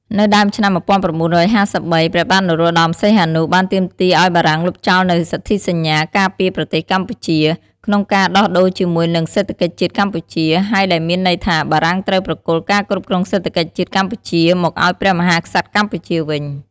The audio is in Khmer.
នៅដើមឆ្នាំ ១៩៥៣ ព្រះបាទនរោត្តសីហនុ បានទាមទារឱ្យបារាំងលុបចោលនូវសន្ធិសញ្ញាការពារប្រទេសកម្ពុជា ក្នុងការដោះដូរជាមួយនិងសេដ្ឋកិច្ចជាតិកម្ពុជា ហើយដែលមានន័យថាបារាំងត្រូវប្រគល់ការគ្រប់គ្រងសេដ្ឋកិច្ចជាតិកម្ពុជា មកឱ្យព្រះមហាក្សត្រកម្ពុជាវិញ ។